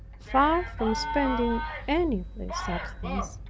far from spending any of their substance,